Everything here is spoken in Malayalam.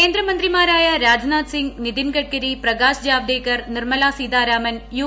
കേന്ദ്രമന്ത്രിമാരായ രാജ്നാഥ് സിംഗ് നിതിൻ ഗഡ്കരി പ്രകാശ് ജാവദേക്കർ നിർമ്മലാ സീതാരാമൻ യു